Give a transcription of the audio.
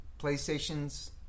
PlayStation's